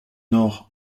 nord